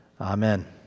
Amen